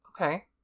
Okay